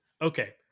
okay